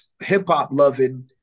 hip-hop-loving